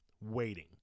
waiting